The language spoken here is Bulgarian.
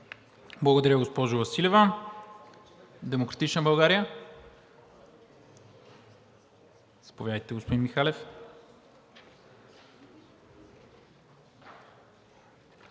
Благодаря, госпожо Василева. „Демократична България“? Заповядайте, господин Михалев.